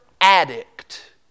addict